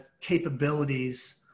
capabilities